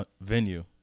venue